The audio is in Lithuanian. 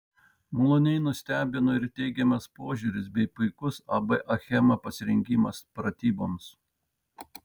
maloniai nustebino ir teigiamas požiūris bei puikus ab achema pasirengimas pratyboms